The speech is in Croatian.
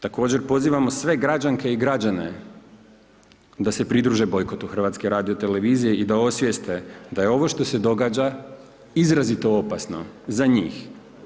Također pozivamo sve građanke i građane da se pridruže bojkotu HRT-a i da osvijeste da je ovo što se događa izrazito opasno, za njih.